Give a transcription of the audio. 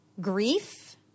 grief